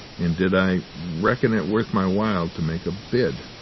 and did i reckon it worth my while to make a bid,